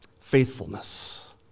Faithfulness